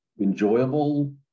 enjoyable